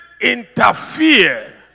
interfere